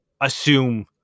assume